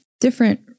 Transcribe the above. different